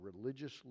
religious